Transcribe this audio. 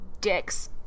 dicks